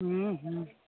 हूँ हूँ